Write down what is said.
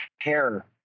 care